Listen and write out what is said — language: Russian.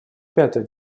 пятый